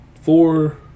four